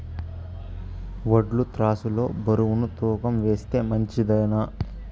వడ్లు త్రాసు లో బరువును తూకం వేస్తే మంచిదేనా?